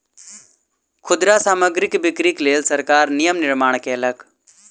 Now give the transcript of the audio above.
खुदरा सामग्रीक बिक्रीक लेल सरकार नियम निर्माण कयलक